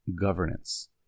governance